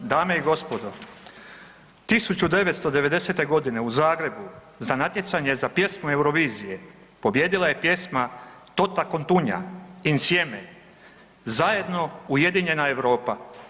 Dame i gospodo, 1990. g. u Zagrebu za natjecanje za pjesmu Eurovizije pobijedila je pjesma Toto Cutugno – Insieme, zajedno ujedinjena Europa.